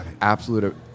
absolute